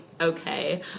okay